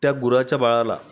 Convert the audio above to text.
त्यात गुराच्या बाळाला